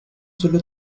solo